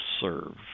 serve